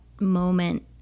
moment